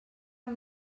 amb